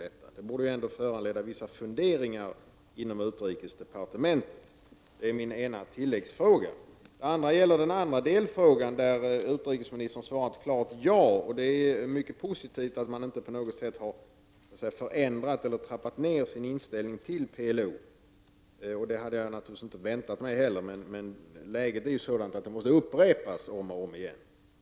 Det borde föranleda vissa funderingar inom utrikesdepartementet. På min andra delfråga har utrikesministern svarat klart ja. Det är mycket positivt att man inte på någon sätt har förändrat eller trappat ned sin inställning till PLO. Det hade jag naturligtvis inte väntat mig heller. Men läget är sådant att detta måste upprepas om och om igen.